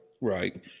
Right